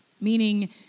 meaning